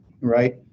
right